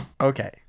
okay